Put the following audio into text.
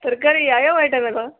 ತರಕಾರಿ ಯಾವ ಯಾವ ಐಟಮ್ ಇದ್ದಾವೆ